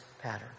pattern